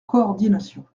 coordination